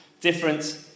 different